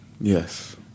Yes